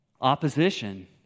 opposition